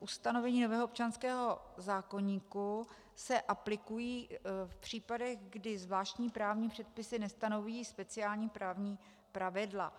Ustanovení nového občanského zákoníku se aplikují v případech, kdy zvláštní právní předpisy nestanoví speciální právní pravidla.